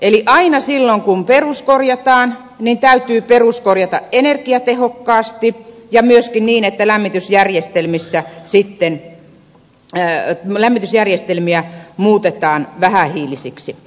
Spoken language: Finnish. eli aina silloin kun peruskorjataan täytyy peruskorjata energiatehokkaasti ja myöskin niin että lämmitysjärjestelmiä muutetaan vähähiilisiksi